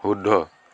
শুদ্ধ